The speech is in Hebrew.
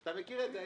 אתה מכיר את זה,